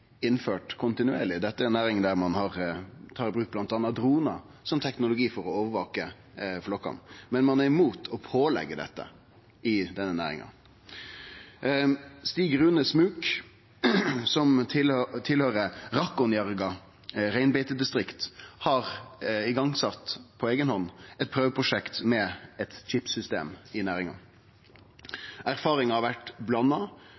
innført kontinuerleg, ei næring der ein tar i bruk bl.a. dronar som teknologi for å overvake flokkane. Men ein er mot å påleggje dette i denne næringa. Stig Rune Smuk, som høyrer til Rákkonjárga reinbeitedistrikt, har på eiga hand sett i gong eit prøveprosjekt med eit chip-system i næringa. Erfaringa har vore blanda,